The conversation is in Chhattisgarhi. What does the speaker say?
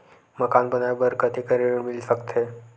मकान बनाये बर कतेकन ऋण मिल सकथे?